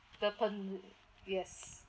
the paterni~ yes